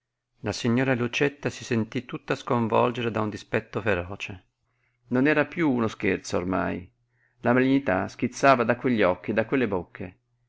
la signora lucietta si sentí tutta sconvolgere da un dispetto feroce non era piú uno scherzo ormai la malignità schizzava da quegli occhi da quelle bocche